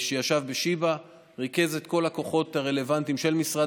שישב בשיבא וריכז את כל הכוחות הרלוונטיים של משרד